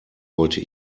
wollte